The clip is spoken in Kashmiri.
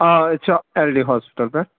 آ أسۍ چھِ اٮ۪ل ڈی ہاسپِٹل پٮ۪ٹھ